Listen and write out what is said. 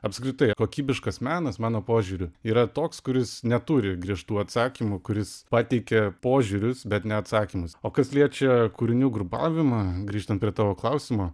apskritai kokybiškas menas mano požiūriu yra toks kuris neturi griežtų atsakymų kuris pateikia požiūrius bet ne atsakymus o kas liečia kūrinių grupavimą grįžtant prie tavo klausimo